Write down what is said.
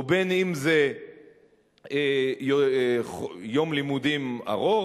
ובין אם זה יום לימודים ארוך,